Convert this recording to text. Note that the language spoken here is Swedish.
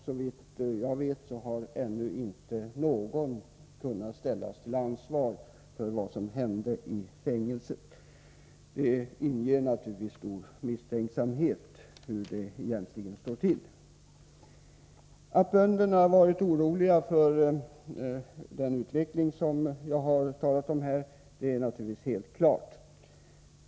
Såvitt jag vet har ännu inte någon ställts till ansvar för det som hände i fängelset. Detta skapar naturligtvis stor misstänksamhet, och man undrar hur det egentligen står till. Att bönderna är oroliga för den utveckling som jag här har talat om är naturligtvis helt klart.